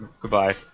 Goodbye